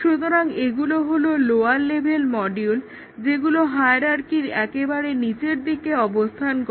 সুতরাং এগুলো হলো লোয়ার লেভেল মডিউল যেগুলো হায়ারার্কির একেবারে নিচের দিকে অবস্থান করে